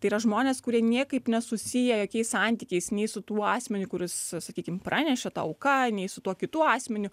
tai yra žmonės kurie niekaip nesusiję jokiais santykiais nei su tuo asmeniu kuris sakykim pranešė ta auka nei su tuo kitu asmeniu